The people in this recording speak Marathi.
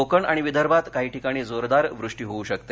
कोकण आणि विदर्भात काही ठिकाणी जोरदार वृष्टी होऊ शकते